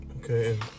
Okay